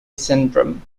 syndrome